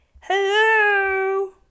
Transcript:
Hello